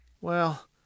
Well